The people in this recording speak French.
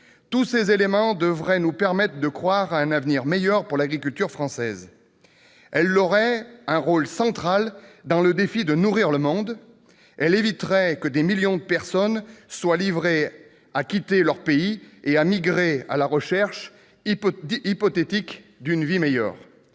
Tous ces éléments devraient nous permettre de croire à un avenir meilleur pour l'agriculture française : elle aurait un rôle central dans le défi de nourrir le monde et éviterait que des millions de personnes soient réduites à quitter leur pays et à migrer à la recherche hypothétique d'une vie meilleure.